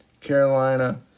Carolina